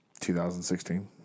2016